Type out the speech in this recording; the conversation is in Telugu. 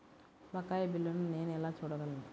బకాయి బిల్లును నేను ఎలా చూడగలను?